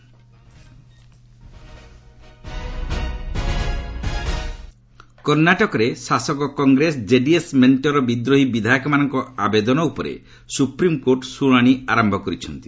SC Karnataka କର୍ଷ୍ଣାଟକରେ ଶାସକ କଂଗ୍ରେସ ଜେଡିଏସ୍ ମେଣ୍ଟର ବିଦ୍ରୋହୀ ବିଧାୟକମାନଙ୍କ ଆବେଦନ ଉପରେ ସୁପ୍ରିମକୋର୍ଟ ଶୁଣାଣି ଆରମ୍ଭ କରିଛନ୍ତି